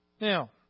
Now